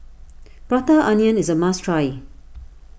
Prata Onion is a must try